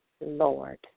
Lord